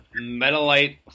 Metalite